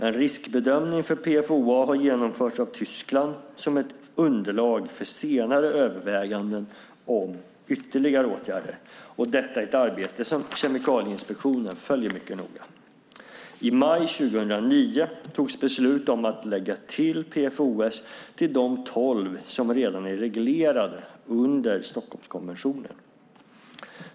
En riskbedömning för PFOA har genomförts av Tyskland som ett underlag för senare överväganden om ytterligare åtgärder. Detta är ett arbete som Kemikalieinspektionen följer mycket noga. I maj 2009 togs beslut om att lägga till PFOS till de tolv som redan är reglerade under Stockholmskonventionen.